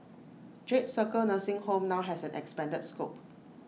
jade circle nursing home now has an expanded scope